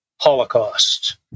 holocaust